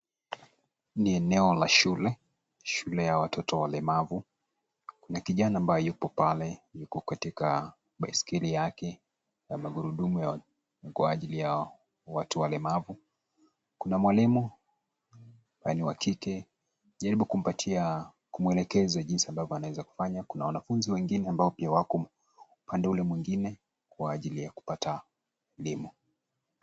Ni eneo ya shule, shule ya watoto walemavu. Kuna kijana ambaye yupo pale, yuko katika baisikeli yake ya magurudumu kwa ajili ya watu walemavu. Kuna mwalimu ambaye ni wa kike anajaribu kumuelekeza jinsi ambavyo anaweza kufanya. Kuna wanafunzi wengine ambao pia wako upande ule mwingine kwa ajili ya kupata elimu.